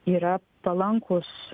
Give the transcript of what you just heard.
yra palankūs